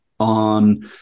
on